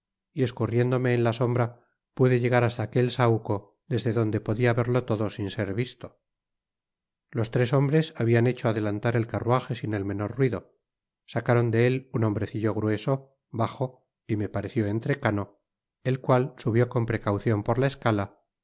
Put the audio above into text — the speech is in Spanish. y escurriéndome en la sombra pude llegar hasta aquel sahuco desde donde podia verlo todo sin ser visto los tres hombres habian hecho adelantar el carruaje sin el menor mido sacaron de él hn hombrecillo grueso bajo y me pareció entrecano el cual subió con precaucion f or la escala